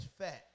fat